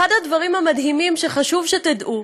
אחד הדברים המדהימים שחשוב שתדעו,